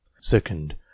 second